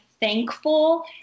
thankful